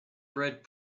bred